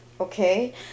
okay